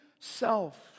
self